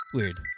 Weird